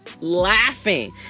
laughing